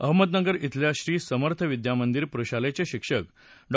अहमदनगर इथल्या श्री समर्थ विद्या मंदिर प्रशालेचे शिक्षक डॉ